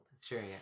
Sure